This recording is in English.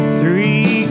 three